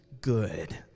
good